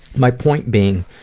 my point being,